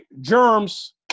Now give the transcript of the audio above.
Germs